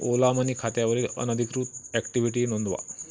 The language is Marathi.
ओला मनी खात्यावरील अनधिकृत ॲक्टिव्हिटी नोंदवा